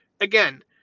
again